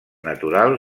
natural